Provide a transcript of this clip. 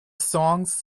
songs